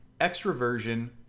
extroversion